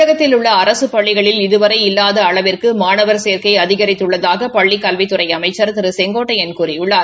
தமிழகத்தில் உள்ள அரசு பள்ளிகளில் இதுவரை இல்லாத அளவிற்கு மாணவர் சேர்க்கை அதிகரித்துள்ளதாக பள்ளிக் கல்வித்துறை அமைச்சர் திரு செங்கோட்டையன் கூறியுள்ளார்